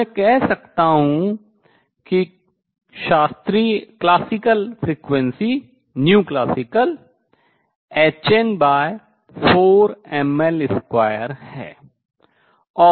तो मैं कह सकता हूँ कि शास्त्रीय आवृत्ति classical hn4mL2 है